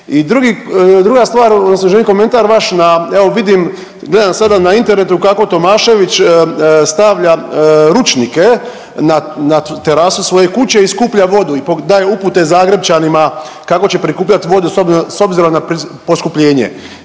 I druga stvar, odnosno želim komentar vaš na evo vidim, gledam sada na internetu kako Tomašević stavlja ručnike na terasu svoje kuće i skuplja vodu i daje upute Zagrepčanima kako će prikupljati vodu s obzirom na poskupljenje.